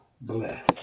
bless